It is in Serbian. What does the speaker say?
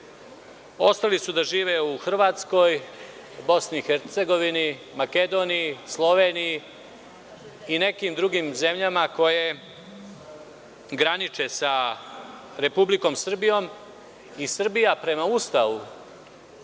ostali su da žive u Hrvatskoj, BiH, Makedoniji, Sloveniji i nekim drugim zemljama koje graniče sa Republikom Srbijom. Srbija prema Ustavu